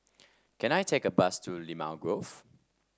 can I take a bus to Limau Grove